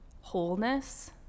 wholeness